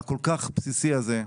הכול כך בסיסי הזה.